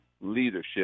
leadership